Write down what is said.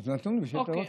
דיבר?